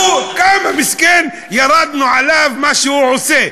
הוא, כמה מסכן, ירדנו עליו, מה שהוא עושה.